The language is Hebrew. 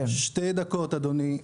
שתי דקות, אדוני.